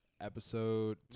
episode